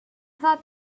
thought